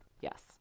yes